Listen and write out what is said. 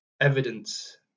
evidence